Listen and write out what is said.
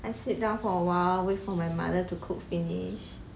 I sit down for a while wait for my mother to cook finish